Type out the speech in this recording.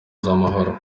z’amahoro